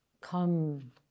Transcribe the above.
come